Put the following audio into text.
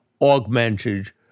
augmented